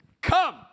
come